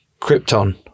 Krypton